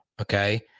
Okay